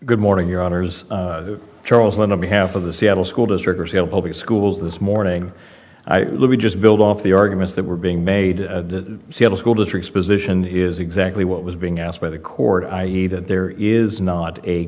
good morning your honour's charles lynn of behalf of the seattle school district or salle public schools this morning let me just build off the arguments that were being made at the seattle school district position is exactly what was being asked by the court i e that there is not a